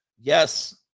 Yes